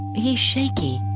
he's shaky,